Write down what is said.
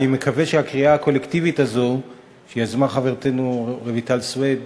אני מקווה שהקריאה הקולקטיבית הזאת שיזמה חברתנו רויטל סויד